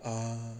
oh